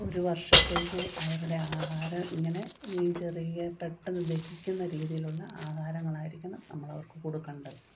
ഒരു വർഷത്തേക്ക് അവരുടെ ആഹാരം ഇങ്ങനെ ഈ ചെറിയ പെട്ടെന്നു ദഹിക്കുന്ന രീതിയിലുള്ള ആഹാരങ്ങളായിരിക്കണം നമ്മളവർക്കു കൊടുക്കേണ്ടത്